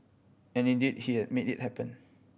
and indeed he made it happen